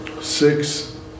Six